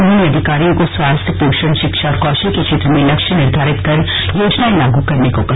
उन्होंने अधिकारियों को स्वास्थ्य पोषण शिक्षा और कौशल के क्षेत्र में लक्ष्य निर्धारित कर योजनाएं लागू करनो के कहा